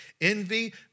envy